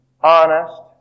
honest